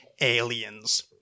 aliens